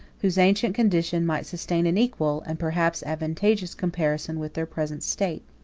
whose ancient condition might sustain an equal, and perhaps advantageous comparison with their present state.